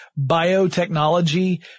biotechnology